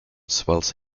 swells